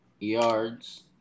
yards